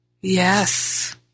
Yes